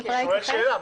אני שואל שאלה,